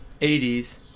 80s